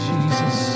Jesus